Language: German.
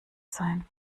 sein